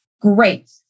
great